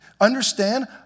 understand